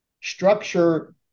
structure